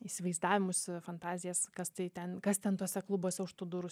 įsivaizdavimus fantazijas kas tai ten kas ten tuose klubuose už tų durų